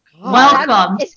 welcome